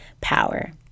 power